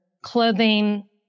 clothing